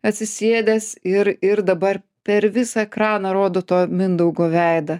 atsisėdęs ir ir dabar per visą ekraną rodo to mindaugo veidą